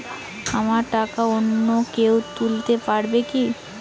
আমার টাকা অন্য কেউ তুলতে পারবে কি?